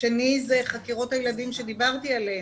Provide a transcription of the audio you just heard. השני זה חקירות הילדים שדיברתי עליהם,